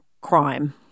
crime